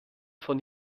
von